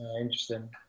Interesting